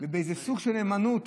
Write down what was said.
באיזה סוג של נאמנות